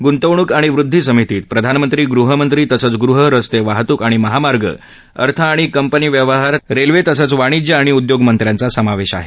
गृंतवणूक आणि वृदधी समितीत प्रधानमंत्री गृहमंत्री तसंच गृह रस्ते वाहतूक आणि महामार्ग अर्थ आणि कंपनी व्यवहार रेल्वे तसंच वाणिज्य आणि उदयोगमंत्र्यांचा समावेश आहे